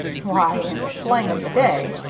why, in the slang of the day,